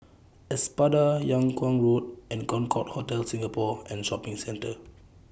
Espada Yung Kuang Road and Concorde Hotel Singapore and Shopping Centre